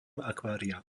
akvária